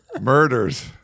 murders